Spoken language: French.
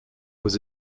aux